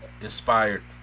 inspired